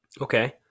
Okay